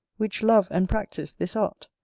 which love and practice this art,